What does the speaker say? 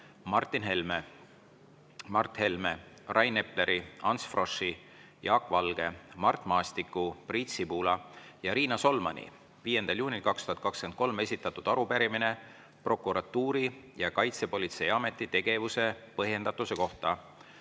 Martin Helme, Mart Helme, Rain Epleri, Ants Froschi, Jaak Valge, Mart Maastiku, Priit Sibula ja Riina Solmani 5. juunil 2023 esitatud arupärimine prokuratuuri ja Kaitsepolitseiameti tegevuse põhjendatuse kohta.